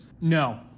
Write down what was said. No